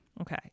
Okay